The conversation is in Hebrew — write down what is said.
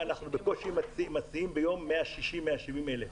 אנחנו בקושי מסיעים 170,000-160,000.